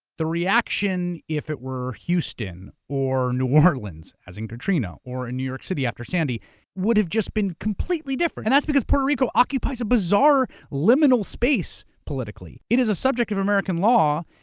the reaction if it were houston or new orleans as in katrina or in new york city after sandy would have just been completely different and that's because puerto rico occupies a bizarre liminal space politically. it is a subject of american law,